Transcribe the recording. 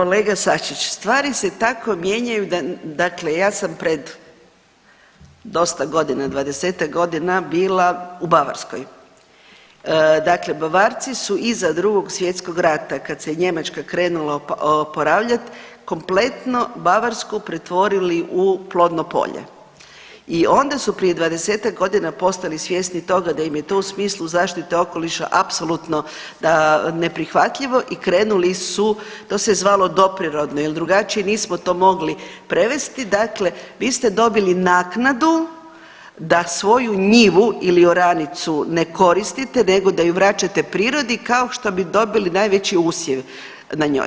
Kolega Sačić stvari se tako mijenjaju dakle ja sam pred dosta godina 20-ak godina bila u Bavarskoj, dakle Bavarci su iza Drugog svjetskog rata kad se Njemačka krenula oporavljat kompletno Bavarsku pretvorili u plodno polje i onda su prije 20-ak godina postali svjesni toga da im je to u smislu zaštite okoliša apsolutno neprihvatljivo i krenuli su to se zvalo doprirodno jel drugačije nismo to mogli prevesti, dakle vi ste dobili naknadu da svoju njivu ili oranicu ne koristite nego da ju vraćate prirodi kao što bi dobili najveći usjev na njoj.